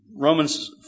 Romans